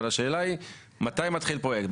אבל השאלה היא מתי מתחיל פרויקט?